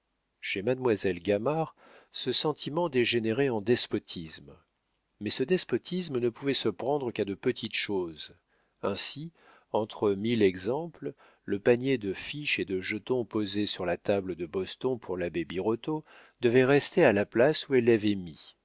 chez mademoiselle gamard ce sentiment dégénérait en despotisme mais ce despotisme ne pouvait se prendre qu'à de petites choses ainsi entre mille exemples le panier de fiches et de jetons posé sur la table de boston pour l'abbé birotteau devait rester à la place où elle l'avait mis